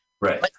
Right